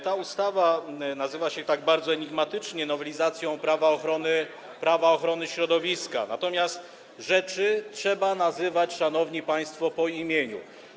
Ta ustawa nazywa się bardzo enigmatycznie nowelizacją Prawa ochrony środowiska, natomiast rzeczy trzeba nazywać, szanowni państwo, po imieniu.